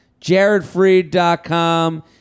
jaredfreed.com